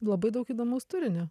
labai daug įdomaus turinio